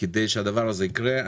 כדי שהדבר הזה יקרה.